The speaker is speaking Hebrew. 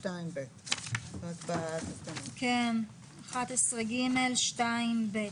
בתקנות סעיף 11(ג)(2)(ב).